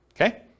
okay